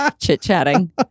Chit-chatting